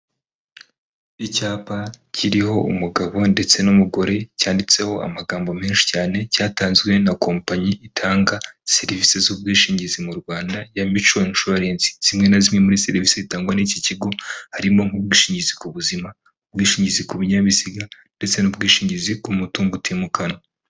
Icyapa kiriho umugabo ndetse n'umugore cyanditseho amagambo menshi cyane cyatanzwe na kompanyi itanga serivisi z'ubwishingizi mu Rwanda ya mico surence, zimwe na zimwe muri serivisi zitangwa n'iki kigo harimo nk'ubwishingizi ku buzima, ubwishingizi ku binyabiziga ndetse n'ubwishingizi ku mutungo utimukanwa.